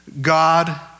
God